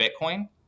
Bitcoin